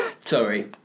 sorry